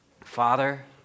Father